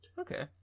Okay